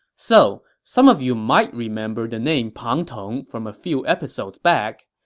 so some of you might remember the name pang tong from a few episodes back.